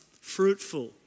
fruitful